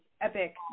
Epic